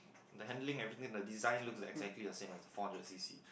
the handling everything and the design looks exactly the same as the four hundred C_C